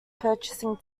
purchasing